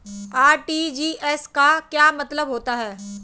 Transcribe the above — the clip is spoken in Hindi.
आर.टी.जी.एस का क्या मतलब होता है?